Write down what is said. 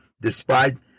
despised